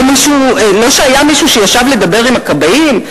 לא שהיה מישהו שישב לדבר עם הכבאים,